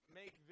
make